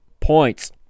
points